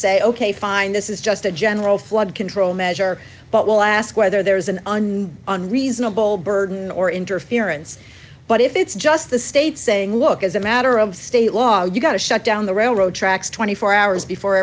say ok fine this is just a general flood control measure but we'll ask whether there is an unreasonable burden or interference but if it's just the state saying look as a matter of state law you've got to shut down the railroad tracks twenty four hours before